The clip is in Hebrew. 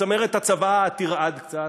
שצמרת הצבא תרעד קצת.